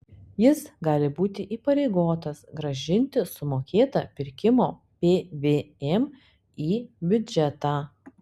jis gali būti įpareigotas grąžinti sumokėtą pirkimo pvm į biudžetą